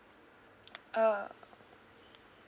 uh